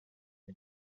the